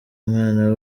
umwana